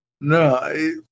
No